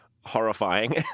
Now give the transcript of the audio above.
horrifying